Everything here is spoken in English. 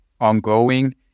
ongoing